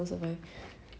all their people